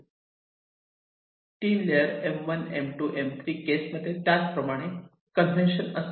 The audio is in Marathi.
3 layer m1 m2 m3 case मध्ये त्याच प्रमाणे कन्व्हेंशन असतील